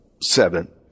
seven